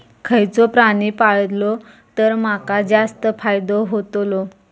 खयचो प्राणी पाळलो तर माका जास्त फायदो होतोलो?